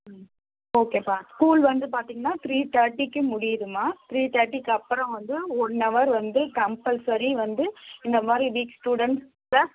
ம் ஓகேப்பா ஸ்கூல் வந்து பார்த்திங்கன்னா த்ரீ தேர்ட்டிக்கு முடியிதும்மா த்ரீ தேர்ட்டிக்கி அப்புறம் வந்து ஒன் ஹவர் வந்து கம்பல்சரி வந்து இந்தமாதிரி வீக் ஸ்டூடண்ட்ஸ்க்குலாம்